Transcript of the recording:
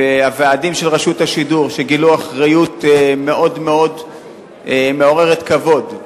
והוועדים של רשות השידור שגילו אחריות מאוד מאוד מעוררת כבוד,